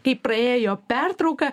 kaip praėjo pertrauka